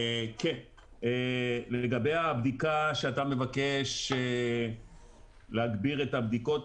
כן, לגבי הבדיקה, שאתה מבקש להגביר את הבדיקות.